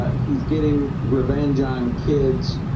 ah he's getting revenge on kids